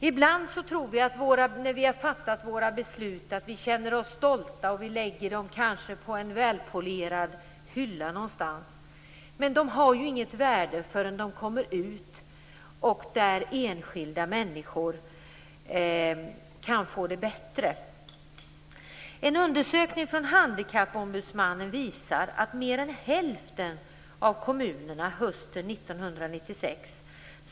Vi känner oss ibland när vi har fattat våra beslut stolta och lägger dem kanske på en välpolerad hylla någonstans, men de har inget värde förrän de omsätts i praktiken så att enskilda människor kan få det bättre.